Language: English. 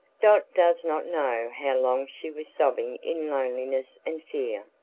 dot does not know how long she was sobbing in loneliness and fear,